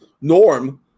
Norm